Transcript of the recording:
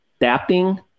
adapting